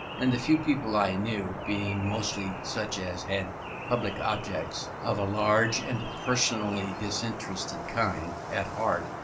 and the few people i knew being mostly such as had public objects, of a large and personally disinterested kind, at heart,